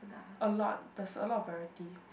a lot there's a lot of variety